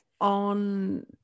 on